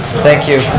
thank you.